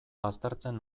baztertzen